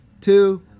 two